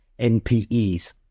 NPEs